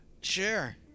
Sure